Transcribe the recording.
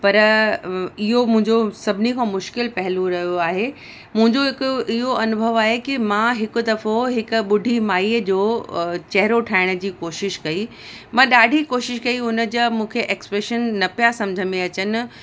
पर इहो मुंहिंजो सभिनी खां मुश्किलु पहिलू रहियो आहे मुंहिंजो हिकु इहो अनुभव आहे की मां हिकु दफ़ो हिकु ॿुढी माईअ जो चहिरो ठाहिण जी कोशिशि कई मां ॾाढी कोशिशि कई उन जा मूंखे एक्सप्रेशन न पिया सम्झ में अचनि